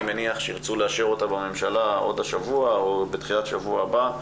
אני מניח שירצו לאשר אותה בממשלה עוד השבוע או בתחילת השבוע הבא.